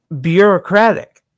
Bureaucratic